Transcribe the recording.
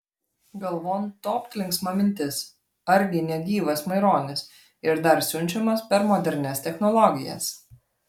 galvon topt linksma mintis argi ne gyvas maironis ir dar siunčiamas per modernias technologijas